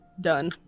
done